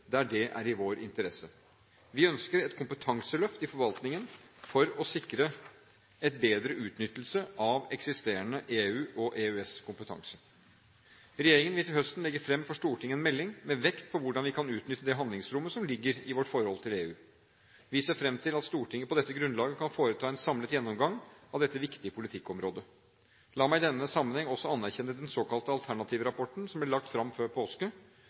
der det er i vår interesse. Vi ønsker et kompetanseløft i forvaltningen for å sikre en bedre utnyttelse av eksisterende EU- og EØS-kompetanse. Regjeringen vil til høsten legge fram for Stortinget en melding med vekt på hvordan vi kan utnytte det handlingsrommet som ligger i vårt forhold til EU. Vi ser fram til at Stortinget på dette grunnlaget kan foreta en samlet gjennomgang av dette viktige politikkområdet. La meg i denne sammenheng også anerkjenne den såkalte Alternativrapporten, som ble lagt fram før påske.